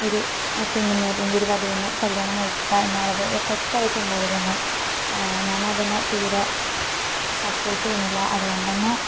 ഒരു പെണ്ണിനെ അല്ലെങ്കിൽ ഒരു വധുവിനെ കല്യാണം കഴിക്കുക എന്നുള്ളത് ഒരു തെറ്റായ ചിന്താഗതിയാണ് ഞാനതിനെ തീരെ സപ്പോട്ട് ചെയ്യുന്നില്ല അത്കൊണ്ടന്നെ